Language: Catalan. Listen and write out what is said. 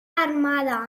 armada